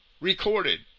recorded